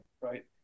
right